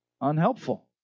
unhelpful